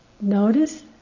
notice